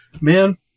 Man